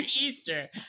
Easter